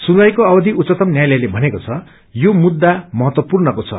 सुनवाईको अवथि उच्चतम न्यायलयले भनेको छ यो मुद्धा महत्वपूर्णको छ